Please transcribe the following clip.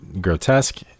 grotesque